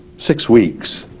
six weeks,